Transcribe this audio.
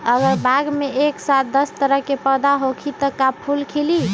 अगर बाग मे एक साथ दस तरह के पौधा होखि त का फुल खिली?